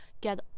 get